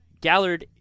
Gallard